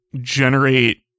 generate